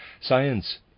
Science